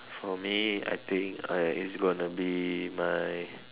for me I think I it's gonna be my